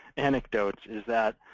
anecdotes is that